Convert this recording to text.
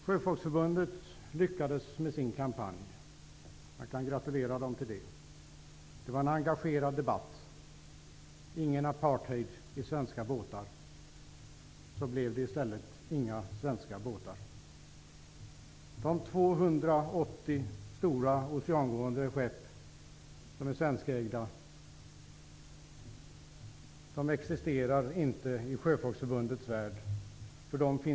Sjöfolksförbundet lyckades med sin kampanj. Det kan man gratulera dem till. Det var en engagerad debatt. Man sade: ''Ingen apartheid i svenska båtar''. I stället blev det inga svenska båtar. 280 stora oceangående svenska skepp existerar inte i Sjöfolksförbundets värld.